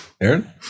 Aaron